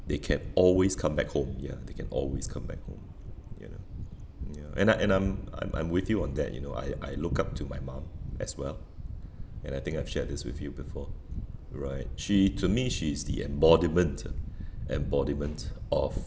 they can always come back home ya they can always come back home you know ya and I and I'm I'm I'm with you on that you know I I look up to my mum as well and I think I've shared this with you before right she to me she is the embodiment embodiment of